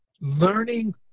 learning